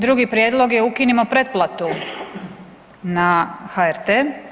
Drugi prijedlog je ukinimo pretplatu na HRT.